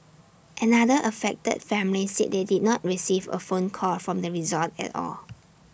another affected family said they did not receive A phone call from the resort at all